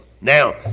now